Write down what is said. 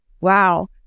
Wow